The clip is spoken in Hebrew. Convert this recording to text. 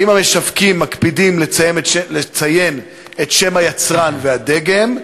2. האם המשווקים מקפידים לציין את שם היצרן והדגם?